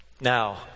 now